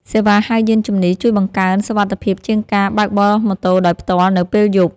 សេវាហៅយានជំនិះ ជួយបង្កើនសុវត្ថិភាពជាងការបើកបរម៉ូតូដោយផ្ទាល់នៅពេលយប់។